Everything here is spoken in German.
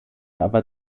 aber